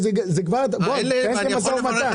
בוא ניכנס למשא ומתן.